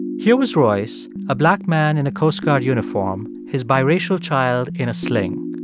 here was royce a black man in a coast guard uniform, his biracial child in a sling.